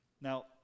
Now